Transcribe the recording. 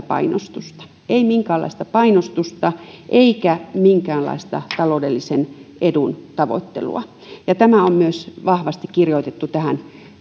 painostusta ei minkäänlaista painostusta eikä minkäänlaista taloudellisen edun tavoittelua tämä on myös vahvasti kirjoitettu tähän